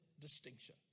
distinction